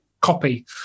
copy